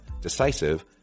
decisive